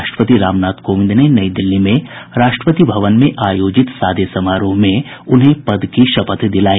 राष्ट्रपति रामनाथ कोविंद ने नई दिल्ली में राष्ट्रपति भवन में आयोजित सादे समारोह में उन्हें पद की शपथ दिलाई